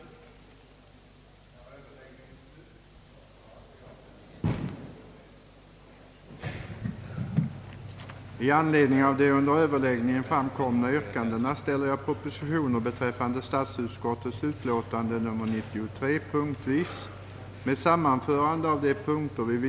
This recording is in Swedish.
3. i skrivelse till Kungl. Maj:t skulle hemställa, att läromedelsutredningen genom tilläggsdirektiv måtte få i uppdrag att skyndsamt utreda formerna för ett institut för läromedelsforskning, som arbetade i nära kontakt med skolöverstyrelsen, skolväsendet i övrigt, olika bildningsinstitutioner och förlag med läromedelsproduktion samt den vetenskapliga forskningen vid universitet och lärarhögskolor,